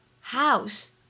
house